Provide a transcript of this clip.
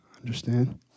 Understand